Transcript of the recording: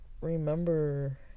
remember